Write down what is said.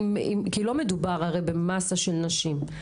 לא מדובר במסה של נשים,